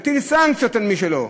להטיל סנקציות על מי שלא.